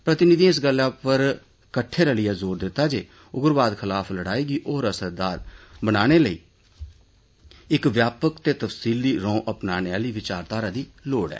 प्रतिनिधिएं इस गल्लै उप्पर किट्ठे रलियै जोर दितता जे उग्रवाद खलाफ लड़ाई गी होर असरदार बनाए जाने लेई इक व्यापक ते तफसीली रौं अपनाने आली बचारघारा दी लोड़ ऐ